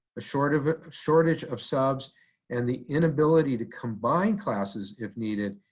sort of shortage of subs and the inability to combine classes, if needed,